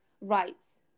rights